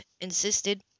insisted